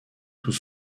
sous